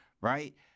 right